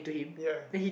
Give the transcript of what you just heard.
ya